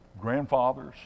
grandfathers